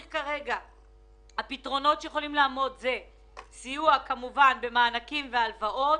הפתרונות שיכולים לעמוד כרגע זה סיוע במענקים ובהלוואות.